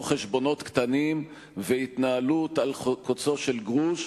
חשבונות קטנים והתנהלות על קוצו של גרוש,